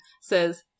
says